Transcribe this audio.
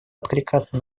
откликаться